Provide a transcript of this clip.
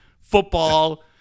football